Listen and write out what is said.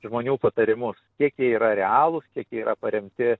žmonių patarimus kiek jie yra realūs kiek yra paremti